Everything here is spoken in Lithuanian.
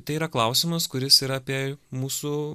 tai yra klausimas kuris yra apie mūsų